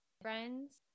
friends